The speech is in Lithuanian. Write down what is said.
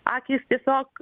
akys tiesiog